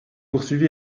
poursuivi